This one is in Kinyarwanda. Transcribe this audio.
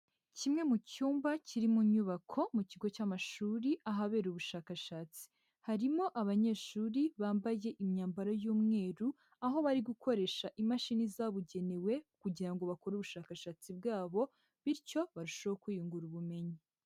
Kimwe mu cyumba kiri mu nyubako mu kigo cy'amashuri, ahabera ubushakashatsi. Harimo abanyeshuri bambaye imyambaro y'umweru, aho bari gukoresha imashini zabugenewe kugira ngo bakore ubushakashatsi bwabo, bityo barusheho kwiyungura ubumenyi.